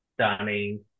stunning